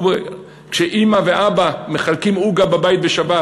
כשאימא ואבא מחלקים עוגה בבית בשבת